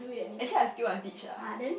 actually I still want to teach lah